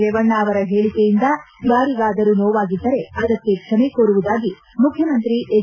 ರೇವಣ್ಣ ಅವರ ಹೇಳಿಕೆಯಿಂದ ಯಾರಿಗಾದರೂ ನೋವಾಗಿದ್ದರೆ ಅದಕ್ಕೆ ಕ್ಷಮೆಕೋರುವುದಾಗಿ ಮುಖ್ಯಮಂತ್ರಿ ಹೆಚ್